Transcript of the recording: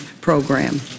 program